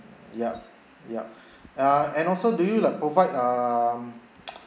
yup yup uh and also do you like provide um